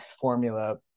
formula